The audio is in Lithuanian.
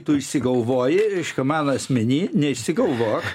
tu išsigalvoji reiškia mano asmeny neišsigalvok